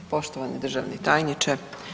Poštovani državni tajniče.